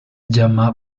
llama